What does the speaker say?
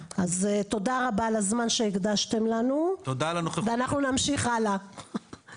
אז תודה רבה על הזמן שהקדשתם לנו ואנחנו נמשיך הלאה,